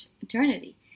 eternity